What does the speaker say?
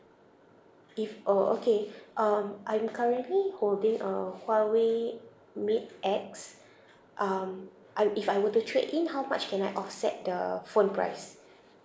if orh okay um I'm currently holding a huawei mate X um I'm if I were to trade in how much can I offset the phone price